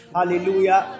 Hallelujah